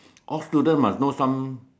all students must know some